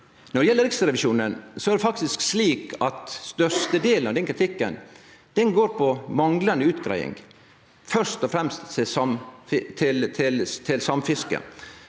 Når det gjeld Riksrevisjonen, er det faktisk slik at størstedelen av den kritikken går ut på manglande utgreiing, først og fremst til samfiske.